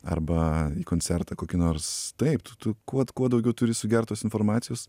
arba koncertą kokį nors taip tu tu kuot kuo daugiau turi sugert tos informacijos